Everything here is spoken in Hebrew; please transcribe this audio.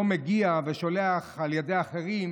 לא מגיע ושולח תשובה על ידי אחרים.